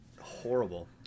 horrible